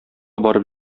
барып